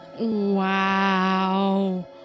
Wow